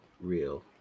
real